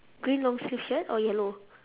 green long sleeve shirt or yellow